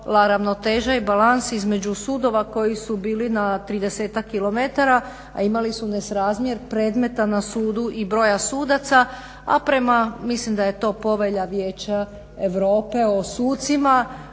ravnoteža i balans između sudova koji su bili na tridesetak kilometara a imali su nesrazmjer predmeta na sudu i broja sudaca a prema mislim da je to Povelja vijeća Europe o sucima,